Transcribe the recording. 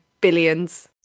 Billions